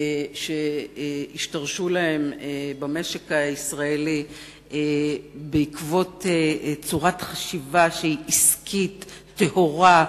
שהשתרשו להן במשק הישראלי בעקבות צורת חשיבה שהיא עסקית טהורה,